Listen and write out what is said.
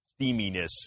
steaminess